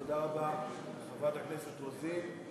תודה רבה לחברת הכנסת רוזין.